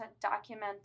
document